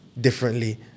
differently